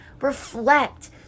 reflect